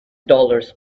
dollars